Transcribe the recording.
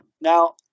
now